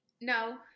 No